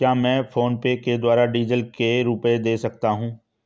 क्या मैं फोनपे के द्वारा डीज़ल के रुपए दे सकता हूं?